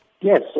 Yes